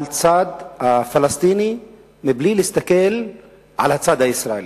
על הצד הפלסטיני, בלי להסתכל על הצד הישראלי,